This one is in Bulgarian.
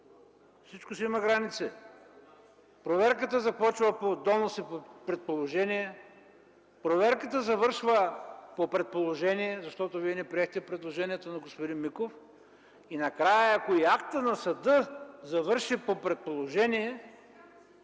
всичко си има граници. Проверката започва по доноси и предположения, проверката завършва по предположения, защото Вие не приехте предложението на господин Миков. И накрая, ако и актът на съда завърши по предположение,